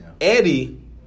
Eddie